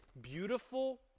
beautiful